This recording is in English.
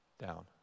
down